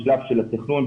בשלב של התכנון,